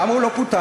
למה הוא לא פותח?